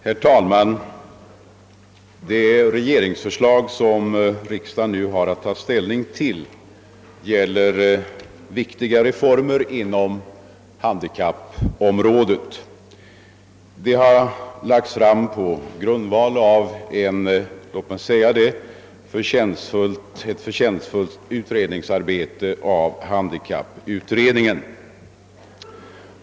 Herr talman! Det regeringsförslag som riksdagen nu har att ta ställning till gäller viktiga reformer inom handikappområdet. Det har lagts fram på grundval av ett förtjänstfullt utredningsarbete av handikapputredningen.